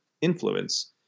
influence